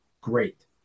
Great